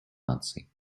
наций